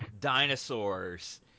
dinosaurs